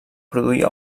produir